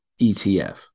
ETF